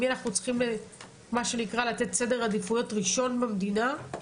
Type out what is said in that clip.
יודעים את מי להציב בסדר העדיפות הראשון במדינה.